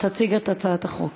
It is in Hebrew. תציג את הצעת החוק